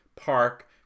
park